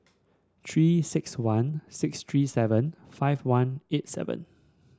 Three six one six three seven five one eight seven